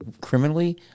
criminally